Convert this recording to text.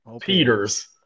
Peters